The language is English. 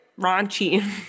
raunchy